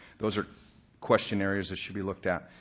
those are question areas that should be looked at.